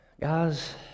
Guys